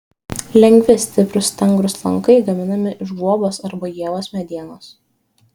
lengvi stiprūs stangrūs lankai gaminami iš guobos arba ievos medienos